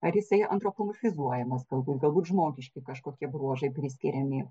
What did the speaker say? ar jisai antropomorfizuojamas galbūt galbūt žmogiški kažkokie bruožai priskiriami